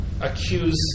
accuse